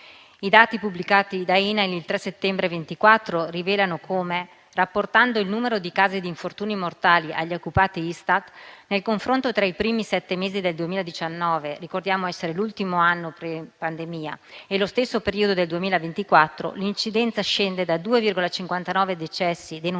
i dati pubblicati da INAIL il 3 settembre 2024 rilevano come, rapportando il numero dei casi di infortuni mortali agli occupati ISTAT, nel confronto tra i primi sette mesi del 2019 (ultimo anno pre pandemia) e lo stesso periodo del 2024, l'incidenza scenda da 2,59 decessi denunciati